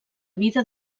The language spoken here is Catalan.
vida